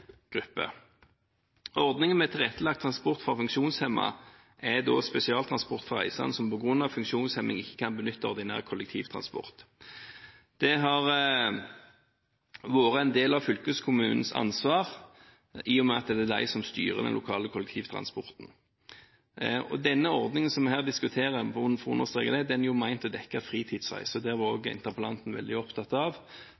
grupper. Ordningen med tilrettelagt transport for funksjonshemmede er spesialtransport for reisende som på grunn av funksjonshemming ikke kan benytte ordinær kollektivtransport. Det har vært en del av fylkeskommunens ansvar, i og med at det er de som styrer den lokale kollektivtransporten. Den ordningen vi her diskuterer, bare for å understreke det, er ment å dekke fritidsreiser. Det